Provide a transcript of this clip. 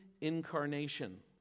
incarnation